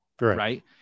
Right